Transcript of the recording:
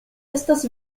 estas